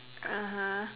(uh huh)